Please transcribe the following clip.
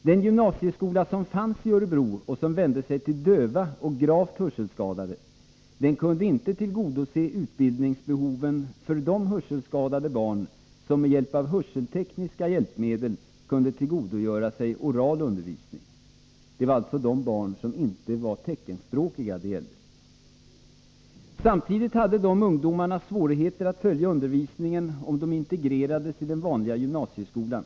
Den gymnasieskola som fanns i Örebro och som vände sig till döva och gravt hörselskadade kunde inte tillgodose utbildningsbehoven för de hörselskadade barn som med hörseltekniska hjälpmedel kunde tillgodogöra sig oral undervisning. Det gällde alltså de barn som inte var teckenspråkiga. Samtidigt hade dessa ungdomar svårigheter att följa undervisningen om de integrerades i den vanliga gymnasieskolan.